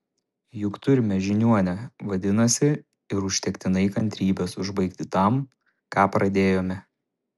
juk turime žiniuonę vadinasi ir užtektinai kantrybės užbaigti tam ką pradėjome